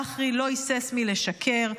בחרי לא היסס לשקר.